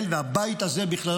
והבית הזה בכללה,